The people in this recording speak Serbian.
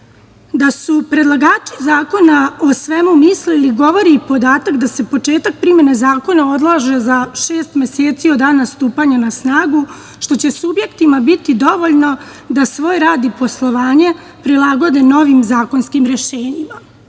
su predlagači zakona o svemu mislili govori i podatak da se početak primene zakona odlaže za šest meseci od dana stupanja na snagu, što će subjektima biti dovoljno da svoj rad i poslovanje prilagode novim zakonskim rešenjima.„Lepa